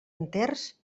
enters